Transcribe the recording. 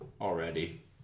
already